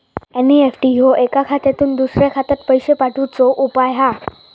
NEFT ह्यो एका खात्यातुन दुसऱ्या खात्यात पैशे पाठवुचो उपाय हा